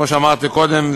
כמו שאמרתי קודם,